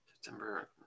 September